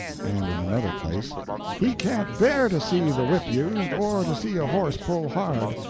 and in another place he can't bear to see the whip used, or to see a horse pull hard.